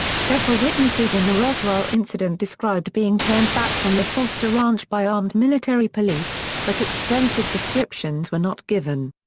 several witnesses in the roswell incident described being turned back from the foster ranch by armed military police, but extensive descriptions were not given.